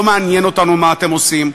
לא מעניין אותנו מה אתם עושים,